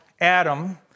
Adam